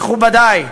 מכובדי,